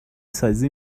سازی